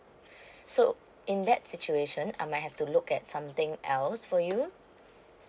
so in that situation I might have to look at something else for you